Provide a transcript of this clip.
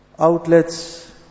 Outlets